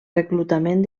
reclutament